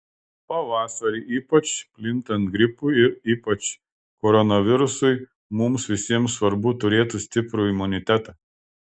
pavasarį ypač plintant gripui ir ypač koronavirusui mums visiems svarbu turėti stiprų imunitetą